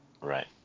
Right